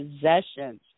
possessions